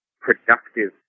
productive